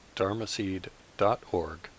dharmaseed.org